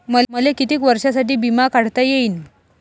मले कितीक वर्षासाठी बिमा काढता येईन?